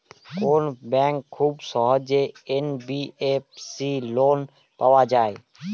কোন ব্যাংক থেকে খুব সহজেই এন.বি.এফ.সি লোন পাওয়া যায়?